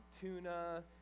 tuna